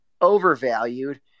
overvalued